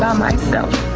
myself